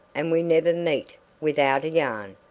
and we never meet without a yarn.